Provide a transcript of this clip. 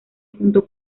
junto